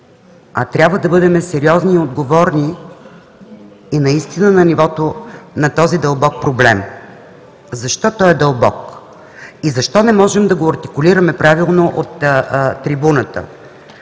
а трябва да бъдем сериозни и отговорни, и наистина на нивото на този дълбок проблем. Защо той е дълбок? И защо не можем да го артикулираме правилно от трибуната?